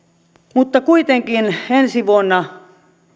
mutta kuitenkin ensi vuonna